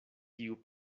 tiu